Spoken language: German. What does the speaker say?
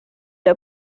der